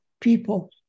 people